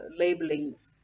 labelings